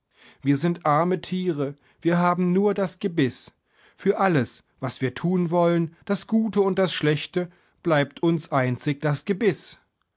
wir sind arme tiere wir haben nur das gebiß für alles was wir tun wollen das gute und das schlechte bleibt uns einzig das gebiß